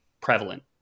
prevalent